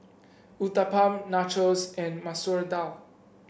Uthapam Nachos and Masoor Dal